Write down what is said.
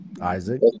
Isaac